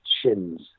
shins